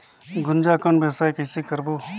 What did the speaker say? गुनजा कौन व्यवसाय कइसे करबो?